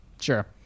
sure